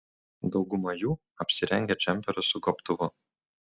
dauguma jų apsirengę džemperiu su gobtuvu